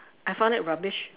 I found it rubbish